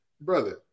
Brother